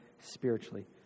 spiritually